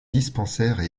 dispensaires